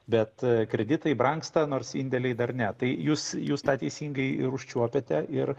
bet kreditai brangsta nors indėliai dar ne tai jūs jūs tą teisingai ir užčiuopiate ir